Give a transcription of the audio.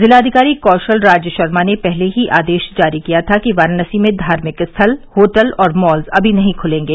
जिलाधिकारी कौशल राज शर्मा ने पहले ही आदेश जारी किया था कि वाराणसी में धार्मिक स्थल होटल और मॉल अभी नहीं खुलेंगे